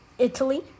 Italy